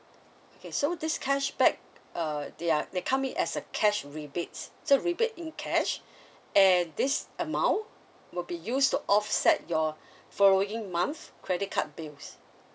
okay so this cashback uh ya they come it as a cash rebates so rebate in cash and this amount would be used to offset your following month credit card bills